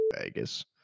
Vegas